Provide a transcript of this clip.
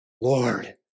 Lord